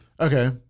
okay